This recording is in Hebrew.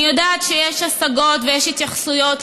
נושא השאילתה: